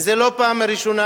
וזאת לא הפעם הראשונה